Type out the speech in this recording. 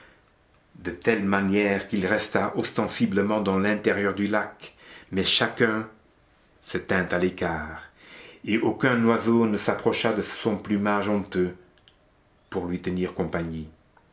de telle manière qu'il resta ostensiblement dans l'intérieur du lac mais chacun se tint à l'écart et aucun oiseau ne s'approcha de son plumage honteux pour lui tenir compagnie